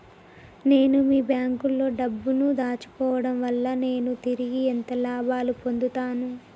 నేను మీ బ్యాంకులో డబ్బు ను దాచుకోవటం వల్ల నేను తిరిగి ఎంత లాభాలు పొందుతాను?